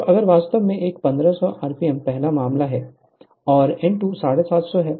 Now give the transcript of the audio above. तो अगर वास्तव में एक 1 500 आरपीएम पहला मामला है और n2 750 है